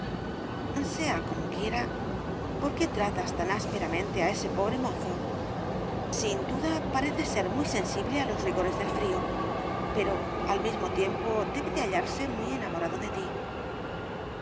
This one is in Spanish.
sea como quiera por qué tratas tan ásperamente á ese pobre mozo sin duda parece ser muy sensible á los rigores del frío pero al mismo tiempo debe de hallarse muy enamorado de ti la